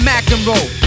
McEnroe